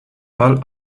fall